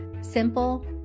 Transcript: simple